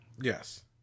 Yes